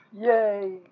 Yay